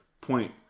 point